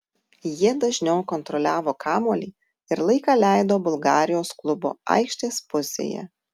jie dažniau kontroliavo kamuolį ir laiką leido bulgarijos klubo aikštės pusėje